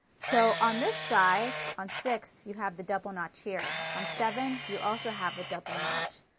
so on this side, on six you have the double notch here. on seven you also have a double notch.